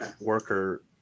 worker